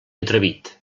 atrevit